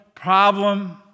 problem